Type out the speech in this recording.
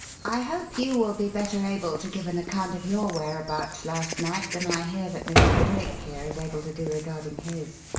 i hope you will be better able to give an account of your whereabouts last night than i hear that mr. drake here is able to do regarding his.